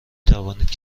توانید